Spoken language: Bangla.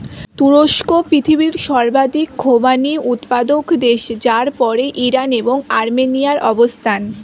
তুরস্ক পৃথিবীর সর্বাধিক খোবানি উৎপাদক দেশ যার পরেই ইরান এবং আর্মেনিয়ার অবস্থান